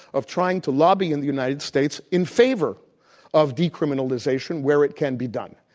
of trying to lobby in the united states in favor of decriminalization where it can be done.